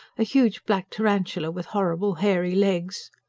a huge black tarantula, with horrible hairy legs.